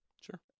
sure